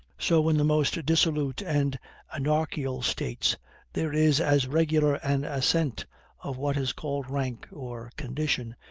so in the most dissolute and anarchical states there is as regular an ascent of what is called rank or condition,